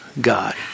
God